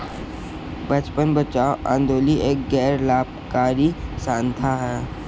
बचपन बचाओ आंदोलन एक गैर लाभकारी संस्था है